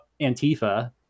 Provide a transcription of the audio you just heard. Antifa